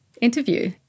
interview